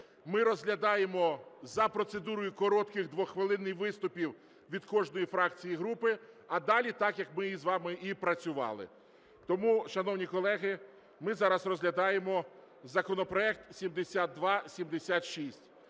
ми розглядаємо за процедурою коротких двохвилинних виступів від кожної фракції і групи, а далі так, як ми з вами і працювали. Тому, шановні колеги, ми зараз розглядаємо законопроект 7276.